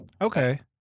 Okay